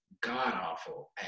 god-awful